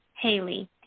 Haley